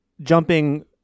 jumping